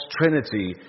Trinity